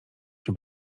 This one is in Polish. się